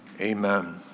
Amen